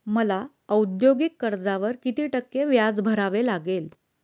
मला औद्योगिक कर्जावर किती टक्के व्याज भरावे लागेल?